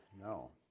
No